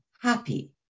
happy